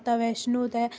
वैश्णो ते